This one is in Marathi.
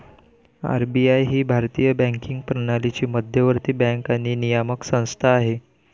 आर.बी.आय ही भारतीय बँकिंग प्रणालीची मध्यवर्ती बँक आणि नियामक संस्था आहे